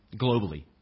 globally